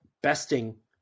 besting